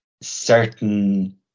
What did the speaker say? certain